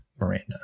Miranda